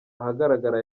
ahagaragara